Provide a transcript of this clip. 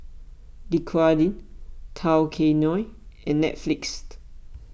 Dequadin Tao Kae Noi and Netflix